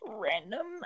Random